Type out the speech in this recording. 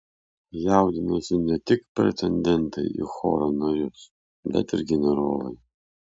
jaudinosi ne tik pretendentai į choro narius bet ir generolai